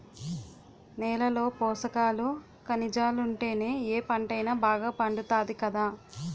నేలలో పోసకాలు, కనిజాలుంటేనే ఏ పంటైనా బాగా పండుతాది కదా